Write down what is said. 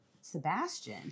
Sebastian